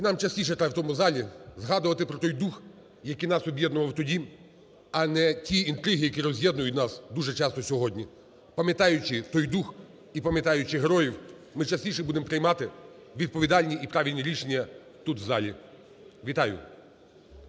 І нам частіше треба у цьому залі згадувати про той дух, який нас об'єднував тоді, а не ті інтриги, які роз'єднують нас дуже часто сьогодні. Пам'ятаючи той дух і пам'ятаючи героїв, ми частіше будемо приймати відповідальні і правильні рішення тут, в залі. Вітаю!